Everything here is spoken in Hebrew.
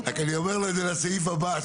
אני רק אומר לו את זה לסעיף הבא.